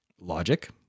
logic